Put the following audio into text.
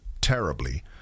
terribly